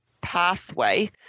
pathway